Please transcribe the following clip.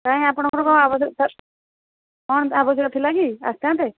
କାହିଁ ଆପଣଙ୍କର କ'ଣ ଆବଶ୍ୟକ ଥିଲା କି ଆସିଥାନ୍ତେ